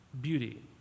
Beauty